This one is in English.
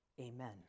Amen